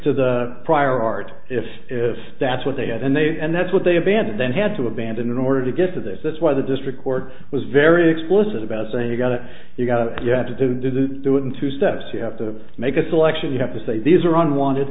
to the prior art if if that's what they had and they and that's what they abandoned then had to abandon in order to get to this that's why the district court was very explicit about saying you've got to you've got to you have to do do do it in two steps you have to make a selection you have to say these are on wanted